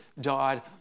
died